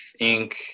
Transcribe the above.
Inc